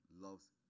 loves